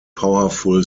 powerful